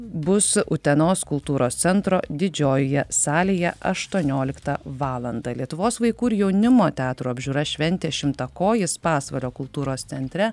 bus utenos kultūros centro didžiojoje salėje aštuonioliktą valandą lietuvos vaikų ir jaunimo teatrų apžiūra šventė šimtakojis pasvalio kultūros centre